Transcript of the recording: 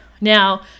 Now